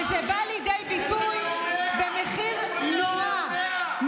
זה בא לידי ביטוי במחיר נורא,